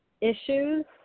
issues